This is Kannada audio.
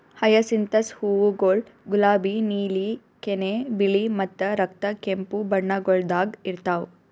ಹಯಸಿಂಥಸ್ ಹೂವುಗೊಳ್ ಗುಲಾಬಿ, ನೀಲಿ, ಕೆನೆ, ಬಿಳಿ ಮತ್ತ ರಕ್ತ ಕೆಂಪು ಬಣ್ಣಗೊಳ್ದಾಗ್ ಇರ್ತಾವ್